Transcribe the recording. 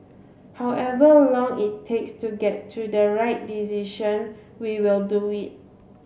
however long it takes to get to the right decision we will do it